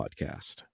podcast